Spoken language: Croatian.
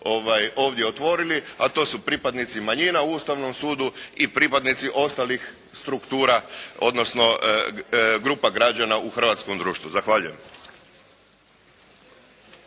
ovdje otvorili, a to su pripadnici manjina u Ustavnom sudu i pripadnici ostalih struktura, odnosno grupa građana u hrvatskom društvu. Zahvaljujem.